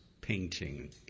painting